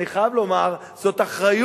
אני חייב לומר: זאת אחריות,